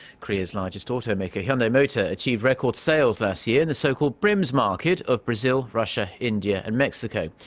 korea's largest automaker hyundai motor achieved record sales last year in the so-called brims market of brazil, russia, india and mexico.